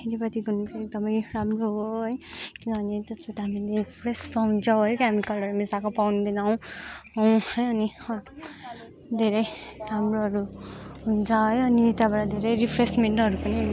खेतिपाती भनेको एकदमै राम्रो हो है किनभने त्यसबाट हामीले फ्रेस पाउँछौँ है क्यामिकलहरू मिसाएको पाउँदैनौँ है अनि धेरै राम्रोहरू हुन्छ है अनि यताबाट धेरै रिफ्रेसमेन्टहरू पनि